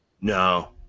No